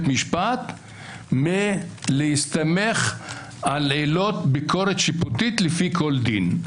משפט מלהסתמך על עילות ביקורת שיפוטית לפי כל דין.